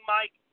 Mike